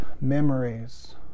memories